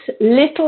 little